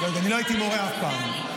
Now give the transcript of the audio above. אני לא הייתי מורה אף פעם.